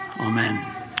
Amen